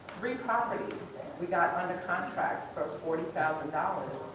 three properties we got under contract for forty thousand dollars.